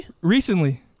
Recently